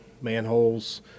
manholes